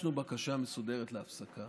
הגשנו בקשה מסודרת להפסקה